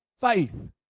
Faith